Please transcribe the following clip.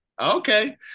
Okay